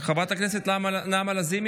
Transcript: חברת הכנסת יוליה מלינובסקי,